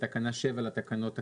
בתקנה 7 לתקנות הקיימות,